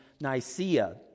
Nicaea